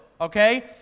Okay